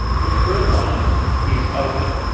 the third one is open.